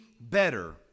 better